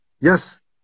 yes